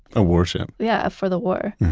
a warship yeah, for the war.